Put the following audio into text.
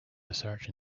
research